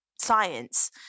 science